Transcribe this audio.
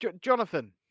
Jonathan